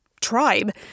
tribe